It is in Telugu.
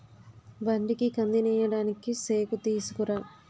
బండికి కందినేయడానికి సేకుతీసుకురా